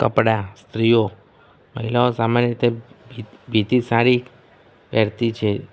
કપડાં સ્ત્રીઓ મહિલાઓ સામાન્ય રીતે ભીતિ સાડી પહેરતી છે